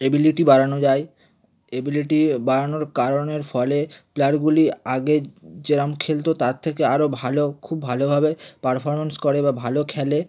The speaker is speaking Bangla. এবিলিটি বাড়ানো যায় এবিলিটি বাড়ানোর কারণের ফলে প্লেয়ারগুলি আগে যেরকম খেলতো তার থেকে আরও ভালো খুব ভালোভাবে পারফর্ম্যান্স করে বা ভালো খেলে